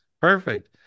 Perfect